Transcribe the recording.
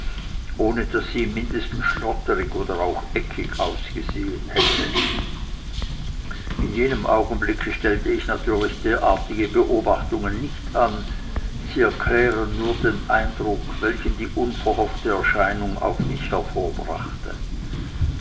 ohne daß sie im mindesten schlotterig oder auch eckig ausgesehen hätte in jenem augenblicke stellte ich natürlich derartige beobachtungen nicht an sie erklären nur den eindruck welchen die unverhoffte erscheinung auf mich hervorbrachte